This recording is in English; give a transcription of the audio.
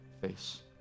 face